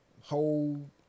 whole